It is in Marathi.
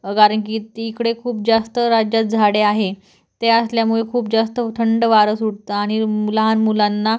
कारण की तिकडे खूप जास्त राज्यात झाडे आहे ते असल्यामुळे खूप जास्त थंड वारं सुटतं आणि मु लहान मुलांना